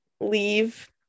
leave